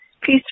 please